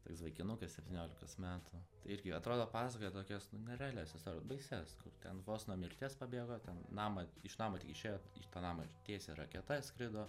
toks vaikinukas septyniolikos metų irgi atrodo pasakoja tokias nu nerealias istorijas baisias kur ten vos nuo mirties pabėgo ten namą iš namo tik išėjo į tą namą tiesiai raketa skrido